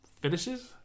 finishes